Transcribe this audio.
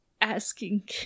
asking